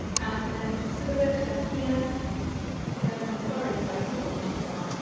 and and then the cost of the book down here and then on the borrowed side, oh gone too far,